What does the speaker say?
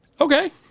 Okay